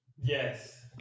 Yes